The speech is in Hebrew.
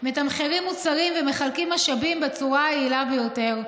מתמחרים מוצרים ומחלקים משאבים בצורה היעילה ביותר,